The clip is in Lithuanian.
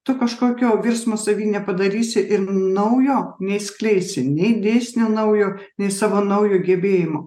tu kažkokio virsmo savy nepadarysi ir naujo neišskleisi nei dėsnio naujo nei savo naujo gebėjimo